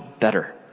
better